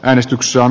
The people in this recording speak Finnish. äänestyksen